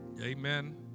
Amen